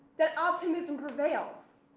that optimism prevails.